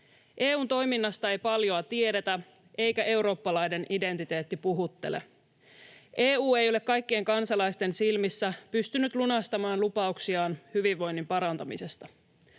EU:n toiminnasta ei paljoa tiedetä, eikä eurooppalainen identiteetti puhuttele. EU ei ole kaikkien kansalaisten silmissä pystynyt lunastamaan lupauksiaan hyvinvoinnin parantamisesta.